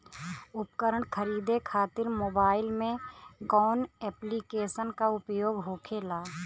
उपकरण खरीदे खाते मोबाइल में कौन ऐप्लिकेशन का उपयोग होखेला?